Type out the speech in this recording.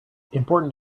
important